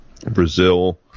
Brazil